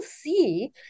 see